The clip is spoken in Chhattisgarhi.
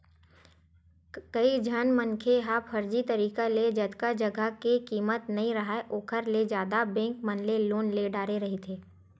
कइझन मनखे ह फरजी तरिका ले जतका जघा के कीमत नइ राहय ओखर ले जादा बेंक मन ले लोन ले डारे रहिथे